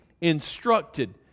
instructed